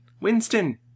Winston